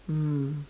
mm